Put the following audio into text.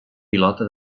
pilota